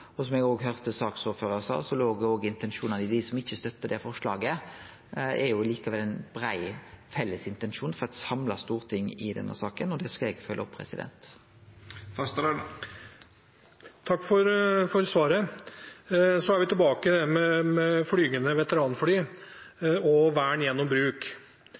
Eg høyrde saksordføraren seie at det blant dei som ikkje støttar forslaget, likevel er ein brei, felles intensjon frå eit samla storting i denne saka, og det skal eg følgje opp. Takk for svaret. Så er vi tilbake til det med flygende veteranfly og vern gjennom bruk.